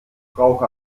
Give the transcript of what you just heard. brauche